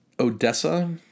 Odessa